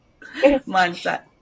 mindset